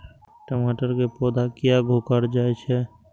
टमाटर के पौधा किया घुकर जायछे?